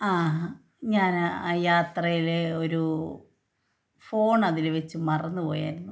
ആ ഞാൻ യാത്രയിലൊരു ഫോൺ അതിൽ വെച്ച മറന്നുപോയാർന്നു